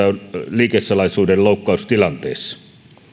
liikesalaisuuden loukkaustilanteissa